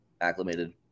acclimated